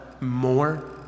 more